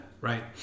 right